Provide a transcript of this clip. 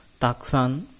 taksan